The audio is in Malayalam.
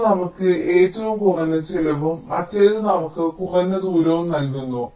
ഒന്ന് നമുക്ക് ഏറ്റവും കുറഞ്ഞ ചിലവും മറ്റേത് നമുക്ക് കുറഞ്ഞ ദൂരവും നൽകുന്നു